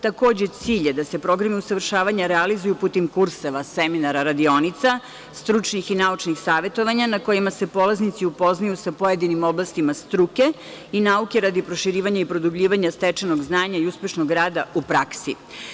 Takođe, cilj je da se program usavršavanja realizuje putem kurseva, seminara, radionica, stručnih i naučnih savetovanja na kojima se polaznici upoznaju sa pojedinim oblastima struke i nauke radio proširivanja i produbljivanja stečenog znanja i uspešnog rada u praksi.